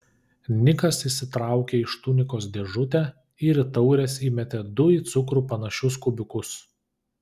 nikas išsitraukė iš tunikos dėžutę ir į taures įmetė du į cukrų panašius kubiukus